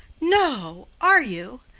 no! are you?